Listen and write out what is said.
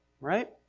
right